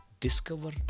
discover